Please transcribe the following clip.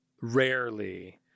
rarely